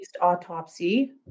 autopsy